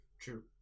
True